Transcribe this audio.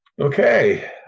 Okay